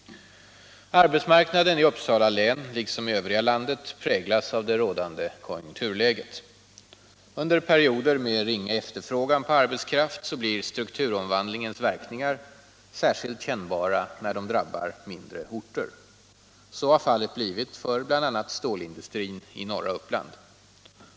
Arbetsmarknaden i Uppsala län liksom i övriga landet präglas av det rådande konjunkturläget. Under perioder med ringa efterfrågan på arbetskraft blir strukturomvandlingens verkningar särskilt kännbara när de drabbar mindre orter. Så har fallet blivit för bl.a. stålindustrin i norra Uppland.